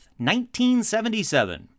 1977